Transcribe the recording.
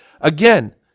Again